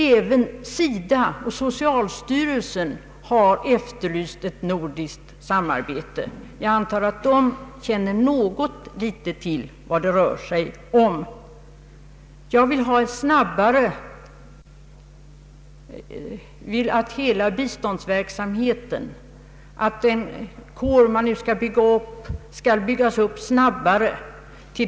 Även socialstyrelsen och SIDA har efterlyst ett nordiskt samarbete. Det är vad det rör sig om. Jag vill att hela biståndsverksamheten skall byggas upp snabbare.